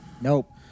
Nope